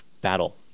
battle